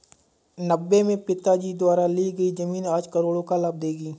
नब्बे में पिताजी द्वारा ली हुई जमीन आज करोड़ों का लाभ देगी